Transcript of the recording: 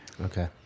Okay